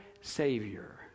Savior